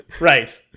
Right